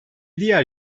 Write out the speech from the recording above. diğer